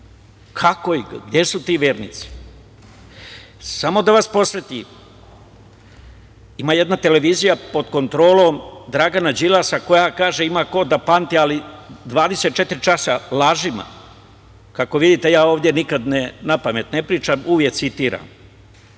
Kako i gde su ti vernici? Samo da vas podsetim, ima jedna televizija pod kontrolom Dragana Đilasa koja kaže ima ko da pamti, ali 24 časa lažima. Kako vidite ja ovde nikada napamet ne pričam uvek citiram